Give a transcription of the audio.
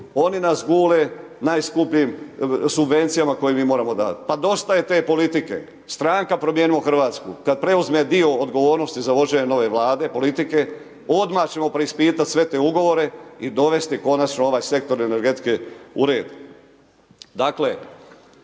oni nas gule najskupljim subvencijama koje mi moramo davati. Pa dosta je te politike stranka Promijenimo Hrvatsku, kada preuzme dio odgovornosti za vođenje nove vlade, politike, odmah ćemo preispitati sve te ugovore i dovesti konačno ovaj sektor energetike u red.